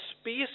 space